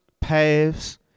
paths